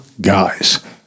guys